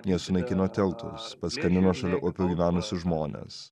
jie sunaikino tiltus paskandino šalia upių gyvenusius žmones